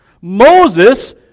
Moses